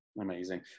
Amazing